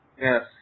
Yes